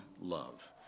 love